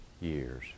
years